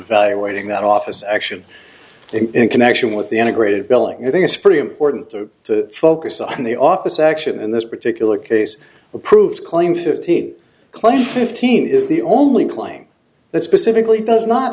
waiting that office action in connection with the integrated billing i think it's pretty important to focus on the office action in this particular case approved claim fifteen claim fifteen is the only claim that specifically does not